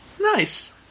Nice